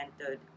entered